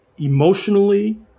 emotionally